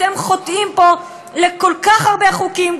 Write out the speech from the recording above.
אתם חוטאים פה לכל כך הרבה חוקים,